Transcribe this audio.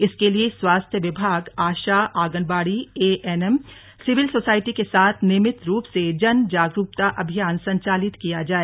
इसके लिये स्वास्थ्य विभाग ASHA anganwadi ANM civil society के साथ नियमित रूप से जन जागरूकता अभियान संचालित किया जाए